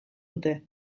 dute